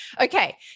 Okay